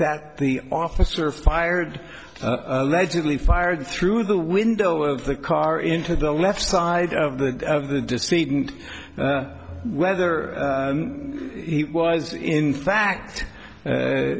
that the officer fired allegedly fired through the window of the car into the left side of the seat and whether he was in fact